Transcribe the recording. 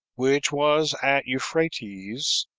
which was at euphrates,